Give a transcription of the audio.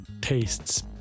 tastes